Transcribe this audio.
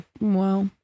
Wow